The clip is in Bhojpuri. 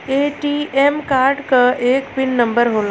ए.टी.एम कार्ड क एक पिन नम्बर होला